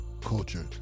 Culture